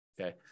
okay